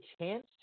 chance